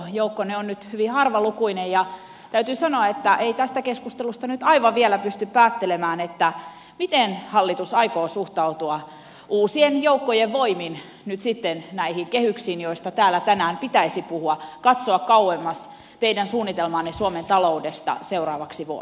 joukkonne on nyt hyvin harvalukuinen ja täytyy sanoa että ei tästä keskustelusta nyt aivan vielä pysty päättelemään miten hallitus aikoo suhtautua uusien joukkojen voimin nyt sitten näihin kehyksiin joista täällä tänään pitäisi puhua katsoa kauemmas teidän suunnitelmaanne suomen taloudesta seuraaviksi vuosiksi